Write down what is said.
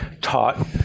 taught